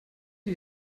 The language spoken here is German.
die